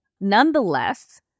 Nonetheless